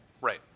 Right